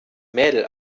mädel